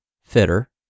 fitter